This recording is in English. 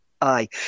Aye